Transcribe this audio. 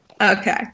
Okay